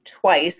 twice